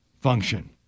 function